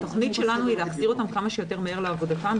התוכנית שלנו היא להחזיר אותן כמה שיותר מהר לעבודתן,